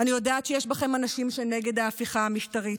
אני יודעת שיש בכם אנשים שנגד ההפיכה המשטרית,